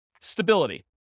Stability